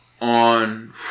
On